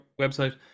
website